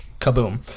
kaboom